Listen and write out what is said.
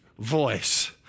voice